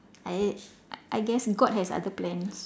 I I guess god has other plans